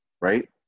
Right